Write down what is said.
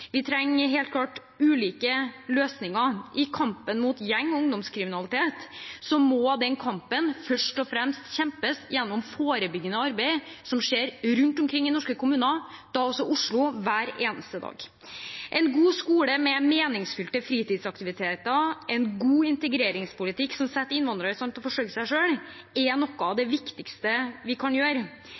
Vi trenger helt klart ulike løsninger. Kampen mot gjeng- og ungdomskriminalitet må først og fremst kjempes gjennom forebyggende arbeid som skjer rundt omkring i norske kommuner, da også Oslo, hver eneste dag. En god skole med meningsfylte fritidsaktiviteter og en god integreringspolitikk som setter innvandrere i stand til å forsørge seg selv, er noe av det viktigste vi kan gjøre.